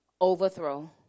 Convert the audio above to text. overthrow